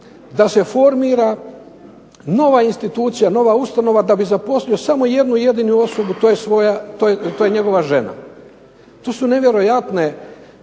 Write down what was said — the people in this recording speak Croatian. da se formira nova institucija, nova ustanova da bi zaposlio samo jednu jedinu osobu, to je njegova žena. To su nevjerojatne